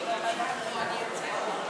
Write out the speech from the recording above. הצעת סיעת הרשימה המשותפת להביע